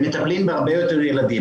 והם מטפלים בהרבה יותר ילדים.